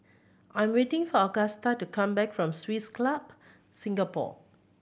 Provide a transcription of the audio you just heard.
I'm waiting for Agusta to come back from Swiss Club Singapore